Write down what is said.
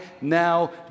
now